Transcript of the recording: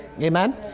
amen